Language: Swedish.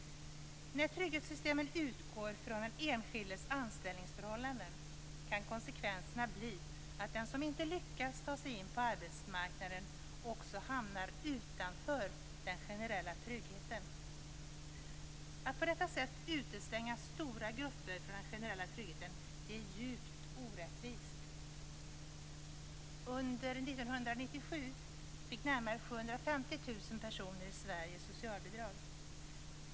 När trygghetssystemen utgår från den enskildes anställningsförhållanden han konsekvenserna bli att den som inte lyckas ta sig in på arbetsmarknaden också hamnar utanför den generella tryggheten. Att på detta sätt utestänga stora grupper från den generella tryggheten är djupt orättvist. Under 1997 fick närmare 750 000 personer i Sverige socialbidrag.